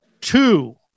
Two